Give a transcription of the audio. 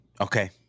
Okay